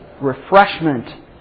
refreshment